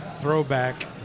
throwback